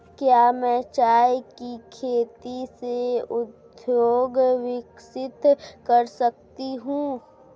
क्या मैं चाय की खेती से उद्योग विकसित कर सकती हूं?